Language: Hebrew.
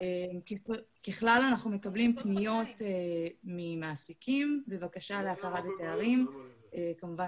ככלל אנחנו מקבלים פניות ממעסיקים בבקשה להכרת תארים כמובן